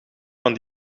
van